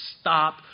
stop